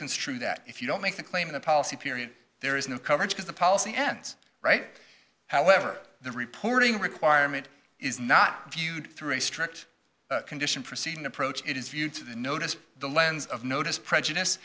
construe that if you don't make the claim in a policy period there is no coverage because the policy ends right however the reporting requirement is not viewed through a strict condition proceeding approach it is viewed through the notice the lens of notice prejudice